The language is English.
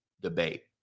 debate